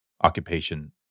occupation